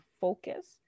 focus